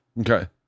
Okay